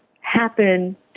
happen